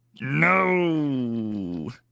No